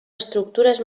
estructures